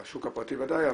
בשוק הפרטי בוודאי,